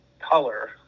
color